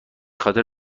خاطر